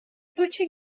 butcher